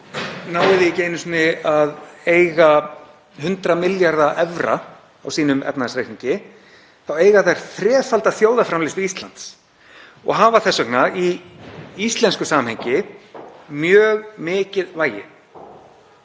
einu sinni að eiga 100 milljarða evra á sínum efnahagsreikningi þá eiga þær þrefalda þjóðarframleiðslu Íslands og hafa þess vegna í íslensku samhengi mjög mikið vægi.